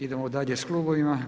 Idemo dalje s klubovima.